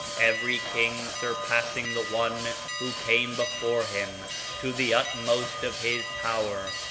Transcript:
every king surpassing the one who came before him to the utmost of his power,